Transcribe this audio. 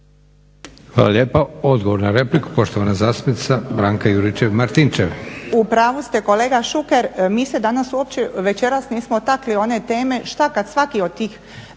Hvala lijepa. Odgovor na repliku, poštovana zastupnica Branka Juričev-Martinčev. **Juričev-Martinčev, Branka (HDZ)** U pravu ste kolega Šuker mi se danas uopće, večeras nismo dotakli one teme što kad svaki od tih